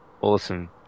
awesome